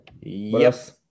Yes